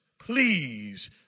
please